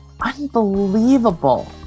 unbelievable